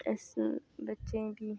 बस बच्चें गी